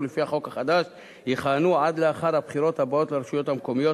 לפי החוק החדש יכהנו עד לאחר הבחירות הבאות לרשויות המקומיות,